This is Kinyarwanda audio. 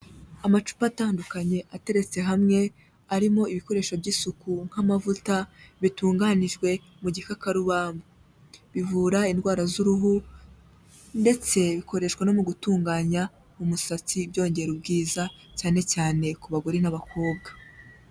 Amacupa atandukanye ateretse hamwe, arimo ibikoresho by'isuku nk'amavuta bitunganijwe mu gikakarubamba, bivura indwara z'uruhu ndetse bikoreshwa no mu gutunganya umusatsi byongera ubwiza, cyane cyane ku bagore n'abakobwa.